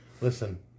Listen